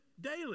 daily